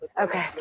Okay